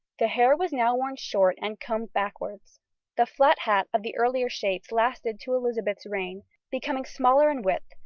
the hair was now worn short and combed backwards the flat hat of the earlier shapes lasted to elizabeth's reign becoming smaller in width,